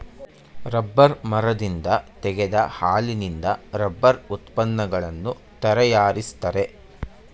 rubber ಮರದಿಂದ ತೆಗೆದ ಹಾಲಿನಿಂದ ರಬ್ಬರ್ ಉತ್ಪನ್ನಗಳನ್ನು ತರಯಾರಿಸ್ತರೆ